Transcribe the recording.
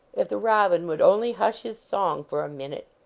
if the robin would only hush his song for a minute!